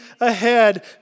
ahead